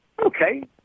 okay